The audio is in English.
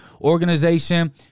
organization